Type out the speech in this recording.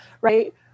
right